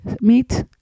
meat